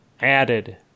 added